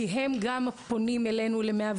כי הם גם פונים אלינו ל-105.